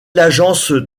l’agence